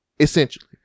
essentially